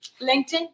LinkedIn